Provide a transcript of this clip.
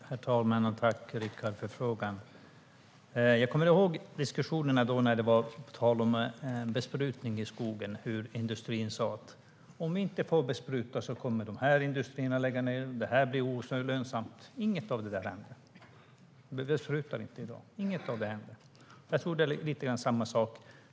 Herr talman! Tack för frågan, Rickard Nordin. Jag kommer ihåg diskussionerna när det var tal om besprutning i skogen. Industrin sa: Om vi inte får bespruta kommer dessa industrier att få lägga ned, och detta blir olönsamt. Inget av detta hände. Vi besprutar inte i dag. Det är lite grann samma sak.